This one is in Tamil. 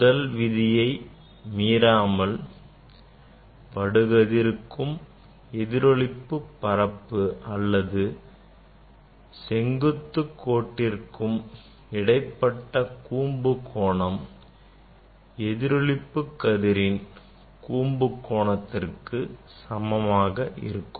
முதல் விதியை மீறாமல் படுகதிருக்கும் எதிரொளிப்பு பரப்பு அல்லது செங்குத்து கோட்டிற்கு இடைப்பட்ட கூம்பு கோணம் எதிரொளிப்பு கதிரின் கூம்பு கோணத்திற்கு சமமாக இருக்கும்